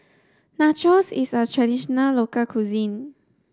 Nachos is a traditional local cuisine